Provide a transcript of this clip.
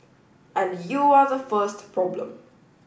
and you are the first problem